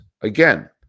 Again